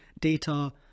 data